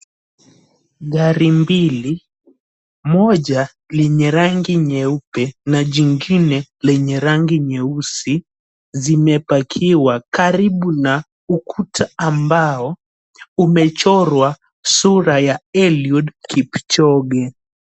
Gari mbili, moja lenye rangi nyeupe na jingine lenye rangi nyeusi zimepakiwa karibu na ukuta ambao umechorwa sura ya Eliud Kipchoge.